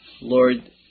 Lord